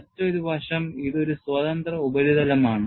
മറ്റൊരു വശംഇതൊരു സ്വതന്ത്ര ഉപരിതലമാണ്